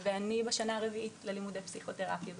אני בשנה הרביעית ללימודי פסיכותרפיה במקביל,